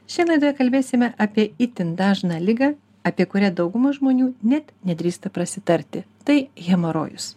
šiandien laidoje kalbėsime apie itin dažną ligą apie kurią dauguma žmonių net nedrįsta prasitarti tai hemorojus